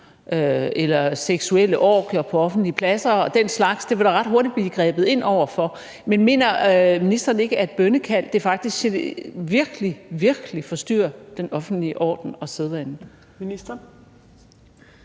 eller seksuelle orgier på offentlige pladser og den slags. Det vil der ret hurtigt blive grebet ind over for. Men mener ministeren ikke, at bønnekald faktisk virkelig, virkelig forstyrrer den offentlige orden og sædvanen?